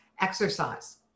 exercise